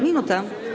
Minuta.